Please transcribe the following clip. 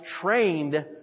trained